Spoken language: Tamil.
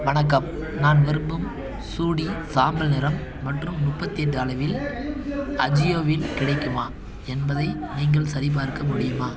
வணக்கம் நான் விரும்பும் சூடி சாம்பல் நிறம் மற்றும் முப்பத்தெட்டு அளவில் அஜியோவில் கிடைக்குமா என்பதை நீங்கள் சரிபார்க்க முடியுமா